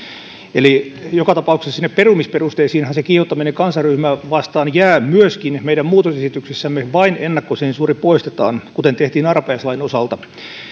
eli joka tapauksessa sinne perumisperusteisiinhan se kiihottaminen kansanryhmää vastaan jää myöskin meidän muutosesityksessämme ja vain ennakkosensuuri poistetaan kuten tehtiin arpajaislain osalta